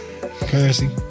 Currency